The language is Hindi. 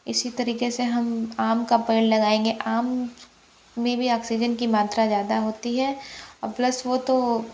इसी तरीके से हम आम का पेड़ लगाएंगे आम में भी ऑक्सीजन की मात्रा ज़्यादा होती है और प्लस वो तो